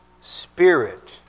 spirit